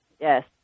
Yes